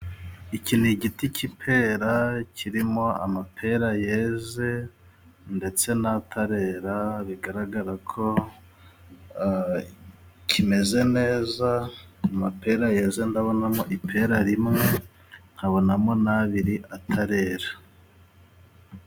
Iki ni igiti cy'ipera kirimo amapera yeze ndetse n'atarera, bigaragara ko a kimeze neza, amapera yeze ndabonamo ipera rimwe, nkabonamo n'abiri atarera.